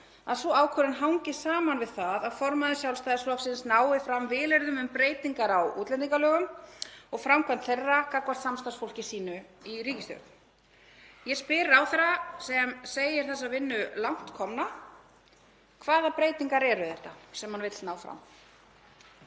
þau eiga rétt til hangi saman við það að formaður Sjálfstæðisflokksins nái fram vilyrðum um breytingar á útlendingalögum og framkvæmd þeirra gagnvart samstarfsfólki sínu í ríkisstjórn. Ég spyr ráðherra, sem segir þessa vinnu langt komna: Hvaða breytingar eru þetta sem hann vill ná fram?